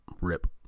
Rip